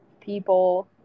people